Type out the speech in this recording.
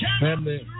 family